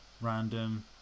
random